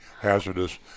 hazardous